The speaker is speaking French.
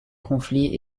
conflits